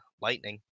lightning